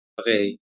okay